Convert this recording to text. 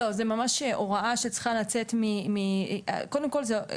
לא, זו ממש הוראה שצריכה לצאת --- השאלה היא